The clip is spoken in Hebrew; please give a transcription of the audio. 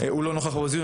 שהוא לא נוכח פה בדיון,